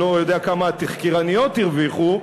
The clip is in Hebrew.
אני לא יודע כמה התחקירניות הרוויחו,